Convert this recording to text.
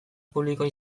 publikoa